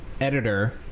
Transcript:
editor